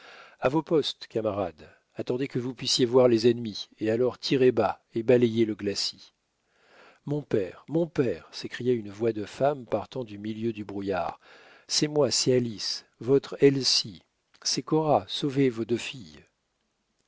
à vos postes camarades attendez que vous puissiez voir les ennemis et alors tirez bas et balayez le glacis mon père mon père s'écria une voix de femme partant du milieu du brouillard c'est moi c'est alice votre elsie c'est cora sauvez vos deux filles